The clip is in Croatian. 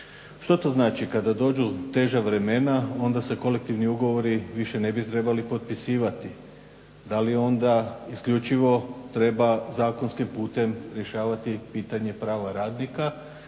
Što to znači, kada dođu teža vremena onda se kolektivni ugovori više ne bi trebali potpisivati? Da li onda isključivo treba zakonskim putem rješavati pitanje prava radnika